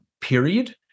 period